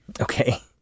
Okay